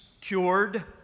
Cured